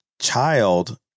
child